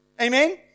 Amen